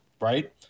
right